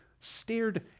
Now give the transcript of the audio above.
stared